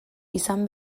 izan